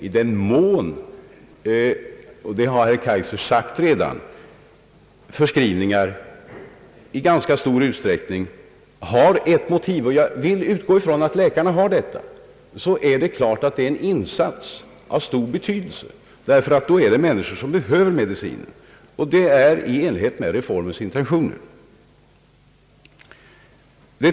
Jag vill utgå från att läkarna har motiv för förskrivningarna, och då är det klart att dessa innebär en insats av stor betydelse. Det rör sig ju om människor som behöver medicinen, och förskrivningar na sker i så fall i enlighet med reformens intentioner.